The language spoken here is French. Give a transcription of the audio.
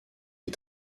les